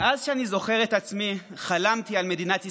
מאז שאני זוכר את עצמי חלמתי על מדינת ישראל,